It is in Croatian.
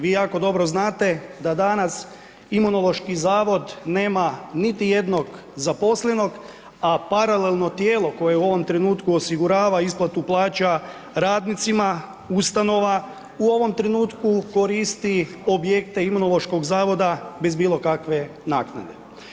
Vi jako dobro znate da danas Imunološki zavod nema niti jednog zaposlenog, a paralelno tijelo koje u ovom trenutku osigurava isplatu plaća radnicima, ustanova u ovom trenutku koristi objekte Imunološkog zavoda bez bilo kakve naknade.